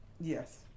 Yes